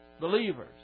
believers